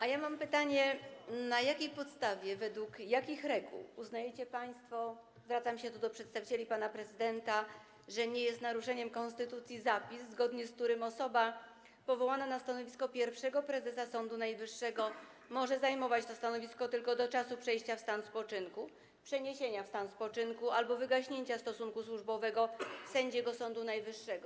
A ja mam pytanie, na jakiej podstawie, według jakich reguł uznajecie państwo - zwracam się tu do przedstawicieli pana prezydenta - że nie jest naruszeniem konstytucji zapis, zgodnie z którym osoba powołana na stanowisko pierwszego prezesa Sądu Najwyższego może zajmować to stanowisko tylko do czasu przejścia w stan spoczynku, przeniesienia w stan spoczynku albo wygaśnięcia stosunku służbowego sędziego Sądu Najwyższego.